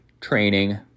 training